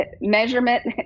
measurement